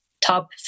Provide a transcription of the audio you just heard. top